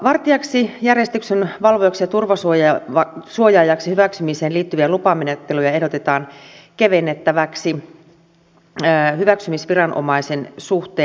vartijaksi järjestyksenvalvojaksi ja turvasuojaajaksi hyväksymiseen liittyviä lupamenettelyjä ehdotetaan kevennettäviksi hyväksymisviranomaisen suhteen